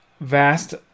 vast